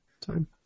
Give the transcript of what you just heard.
time